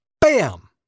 bam